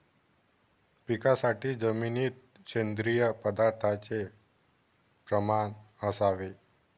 पिकासाठी जमिनीत सेंद्रिय पदार्थाचे प्रमाण असावे